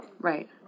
Right